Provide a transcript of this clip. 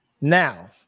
Now